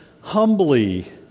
humbly